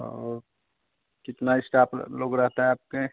और कितने इस्टाफ लोग रहते हैं आपके